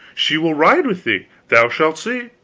she will ride with thee. thou shalt see.